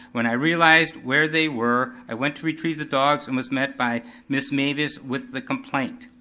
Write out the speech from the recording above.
when i realized where they were, i went to retrieve the dogs and was met by miss mavis with the complaint.